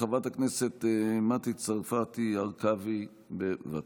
חברת הכנסת מטי צרפתי הרכבי, בבקשה.